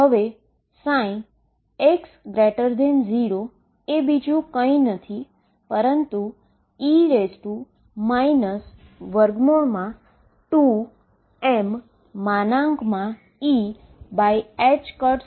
હવે ψx0 એ બીજું કંઈ નથી પરંતુ e 2mE2x છે